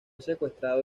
secuestrado